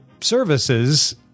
services